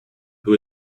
who